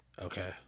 Okay